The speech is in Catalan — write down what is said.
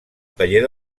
taller